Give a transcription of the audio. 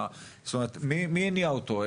מי הניע אותו?